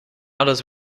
others